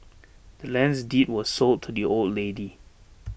the land's deed was sold to the old lady